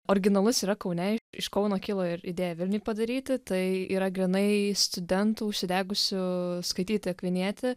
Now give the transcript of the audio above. originalus yra kaune iš kauno kilo ir idėja vilniuj padaryti tai yra grynai studentų užsidegusių skaityti akvinietį